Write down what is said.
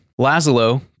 Lazlo